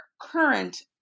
current